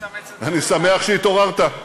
אני שמח שהתעוררת.